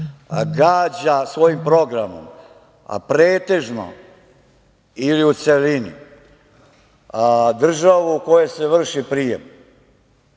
gađa svojim programom, pretežno ili u celini, državu u kojoj se vrši prijem,